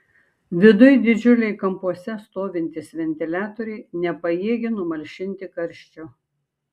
viduj didžiuliai kampuose stovintys ventiliatoriai nepajėgė numalšinti karščio